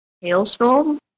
hailstorm